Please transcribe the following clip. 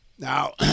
Now